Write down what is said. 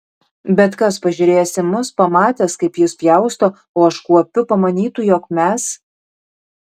bet kas pasižiūrėjęs į mus pamatęs kaip jis pjausto o aš kuopiu pamanytų jog mes